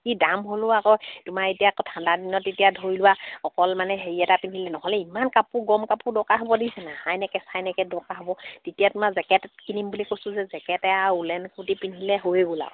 কি দাম হ'লেও আকৌ তোমাৰ এতিয়া ঠাণ্ডা দিনত এতিয়া ধৰি লোৱা অকল মানে হেৰি এটা পিন্ধিলে নহ'লে ইমান কাপোৰ গৰম কাপোৰ দৰকাৰ হ'ব হাইনেকে চাইনেকে দৰকাৰ হ'ব তেতিয়া তোমাৰ জেকেট কিনিম বুলি কৈছোঁ যে জেকেটে আৰু ওলেন কুৰটি পিন্ধিলে হৈয়ে গ'ল আৰু